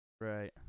Right